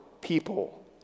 people